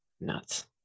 nuts